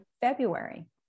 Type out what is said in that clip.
february